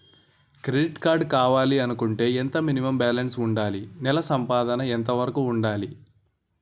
Credit card కావాలి అనుకుంటే ఎంత మినిమం బాలన్స్ వుందాలి? నెల సంపాదన ఎంతవరకు వుండాలి?